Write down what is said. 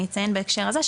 אני אציין בהקשר הזה,